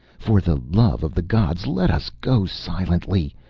for the love of the gods, let us go silently!